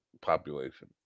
population